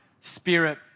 Spirit